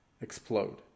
explode